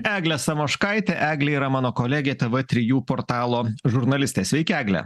eglė samoškaitė eglė yra mano kolegė tv trijų portalo žurnalistė sveiki egle